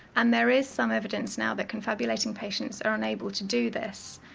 and there is some evidence now that confabulating patients are unable to do this,